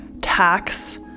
tax